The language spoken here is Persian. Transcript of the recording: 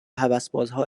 هوسبازها